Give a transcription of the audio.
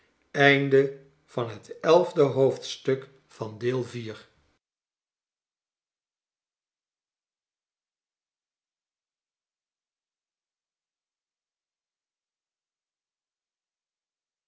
twaalfde week van